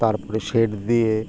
তারপরে শেড দিয়ে